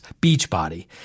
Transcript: Beachbody